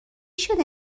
شده